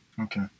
Okay